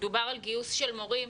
דובר על גיוס של מורים.